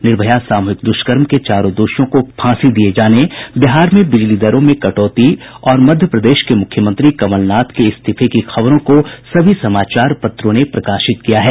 निर्भया सामूहिक दुष्कर्म के चारों दोषियों को फांसी दिये जाने बिहार में बिजली दरों में कटौती और मध्य प्रदेश के मुख्यमंत्री कमलनाथ के इस्तीफे की खबरों को सभी समाचार पत्रों ने प्रकाशित किया है